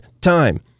time